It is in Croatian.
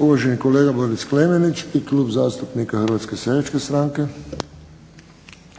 Uvaženi kolega Boris Klemenić i Klub zastupnika HSS-a. **Klemenić, Boris (HSS)**